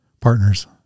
partners